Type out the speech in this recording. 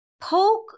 poke